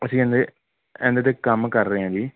ਅਸੀਂ ਇਹਦੇ ਇਹਦੇ 'ਤੇ ਕੰਮ ਕਰ ਰਹੇ ਹਾਂ ਜੀ